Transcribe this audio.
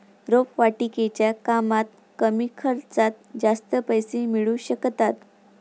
रोपवाटिकेच्या कामात कमी खर्चात जास्त पैसे मिळू शकतात